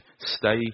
stay